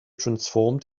transformed